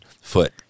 foot